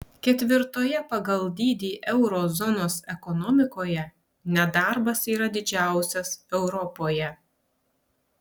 ketvirtoje pagal dydį euro zonos ekonomikoje nedarbas yra didžiausias europoje